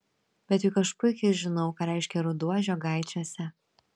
bet juk aš puikiai žinau ką reiškia ruduo žiogaičiuose